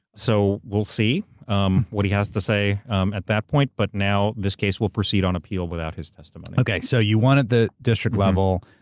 so we'll see um what he has to say um at that point, but now this case will proceed on appeal without his testimony. okay, so you won at the district level.